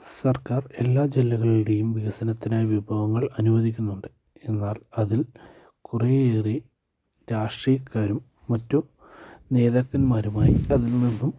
സർക്കാർ എല്ലാ ജില്ലകളുടെയും വികസനത്തിനായി വിഭവങ്ങൾ അനുവദിക്കുന്നുണ്ട് എന്നാൽ അതിൽ കുറേയേറെ രാഷ്ട്രീയക്കാരും മറ്റു നേതാക്കന്മാരുമായി അതിൽ നിന്നും